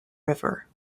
river